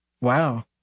Wow